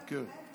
כן.